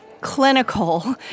clinical